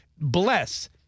bless